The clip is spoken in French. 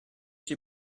j’ai